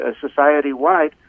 society-wide